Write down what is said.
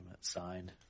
signed